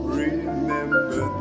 remember